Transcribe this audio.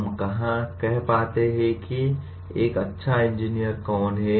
हम कहां पाते हैं कि एक अच्छा इंजीनियर कौन है